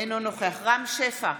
אינו נוכח רם שפע,